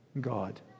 God